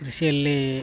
ಕೃಷಿಯಲ್ಲಿ